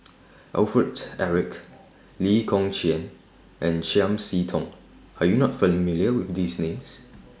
Alfred Eric Lee Kong Chian and Chiam See Tong Are YOU not familiar with These Names